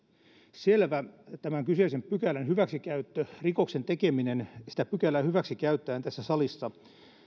selvä tämän kyseisen pykälän hyväksikäyttörikoksen tekeminen sitä pykälää hyväksikäyttäen tässä salissa